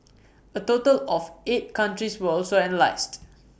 A total of eight countries were also analysed